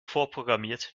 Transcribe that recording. vorprogrammiert